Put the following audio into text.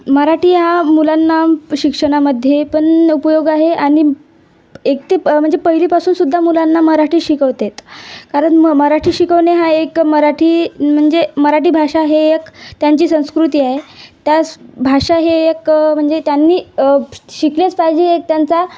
मराठी हा मुलांना शिक्षणामध्ये पण उपयोग आहे आणि एक ते म्हणजे पहिलीपासूनसुद्धा मुलांना मराठी शिकवतात कारण म मराठी शिकवणे हा एक मराठी म्हणजे मराठी भाषा हे एक त्यांची संस्कृती आहे त्यास भाषा हे एक म्हणजे त्यांनी शिकलेच पाहिजे एक त्यांचा